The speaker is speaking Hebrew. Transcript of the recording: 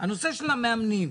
הנושא של המאמנים,